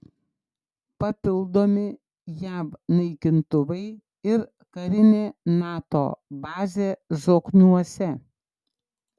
papildomi jav naikintuvai ir karinė nato bazė zokniuose